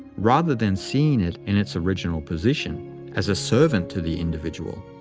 rather than seeing it in its original position as a servant to the individual.